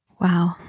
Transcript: Wow